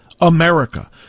America